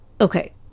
Okay